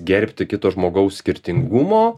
gerbti kito žmogaus skirtingumo